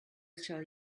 shall